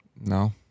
No